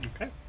Okay